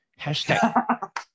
hashtag